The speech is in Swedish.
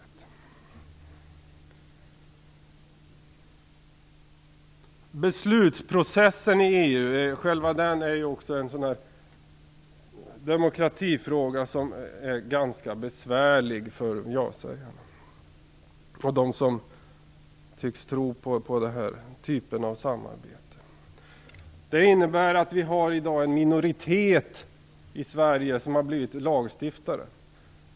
Själva beslutsprocessen i EU är också en demokratifråga som är ganska besvärlig för ja-sägarna och för dem som tycks tro på den här typen av samarbete. Vi har i dag en minoritet i Sverige som har blivit lagstiftare.